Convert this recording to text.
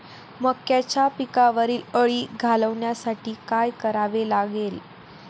मक्याच्या पिकावरील अळी घालवण्यासाठी काय करावे लागेल?